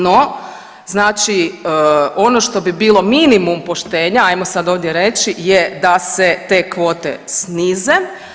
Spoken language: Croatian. No, znači ono što bi bilo minimum poštenja ajdmo sad ovdje reći je da se te kvote snize.